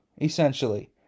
essentially